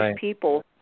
people